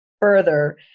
further